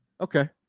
Okay